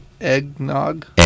Eggnog